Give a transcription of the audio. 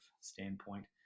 standpoint